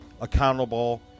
accountable